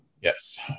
Yes